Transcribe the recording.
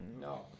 No